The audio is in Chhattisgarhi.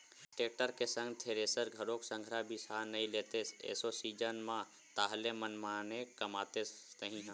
टेक्टर के संग थेरेसर घलोक संघरा बिसा नइ लेतेस एसो सीजन म ताहले मनमाड़े कमातेस तही ह